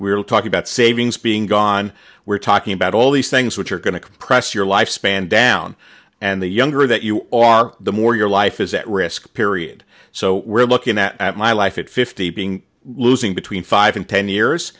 are talking about savings being gone we're talking about all these things which are going to compress your lifespan down and the younger that you are the more your life is at risk period so we're looking at my life at fifty being losing between five and ten years